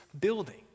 building